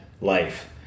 life